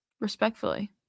respectfully